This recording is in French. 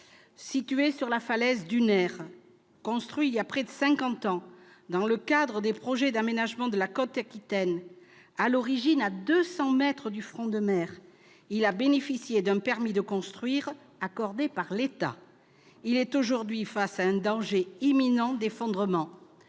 Situé sur la falaise dunaire, construit il y a près de cinquante ans, dans le cadre des projets d'aménagement de la côte aquitaine, à l'origine à 200 mètres du front de mer, il a bénéficié d'un permis de construire accordé par l'État. Il est aujourd'hui face à un danger imminent d'effondrement.